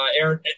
Aaron